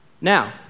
now